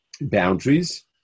boundaries